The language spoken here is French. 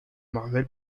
marvel